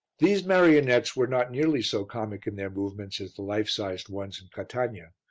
these marionettes were not nearly so comic in their movements as the life-sized ones in catania,